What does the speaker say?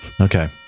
Okay